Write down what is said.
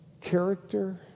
character